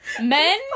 men